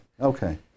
Okay